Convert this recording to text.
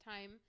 time